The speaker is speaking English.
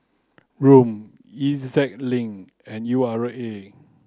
ROM E Z Link and U R A